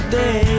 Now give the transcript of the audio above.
day